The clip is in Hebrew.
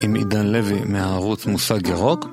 עם עידן לוי מהערוץ מושג ירוק?